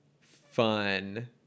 fun